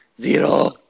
zero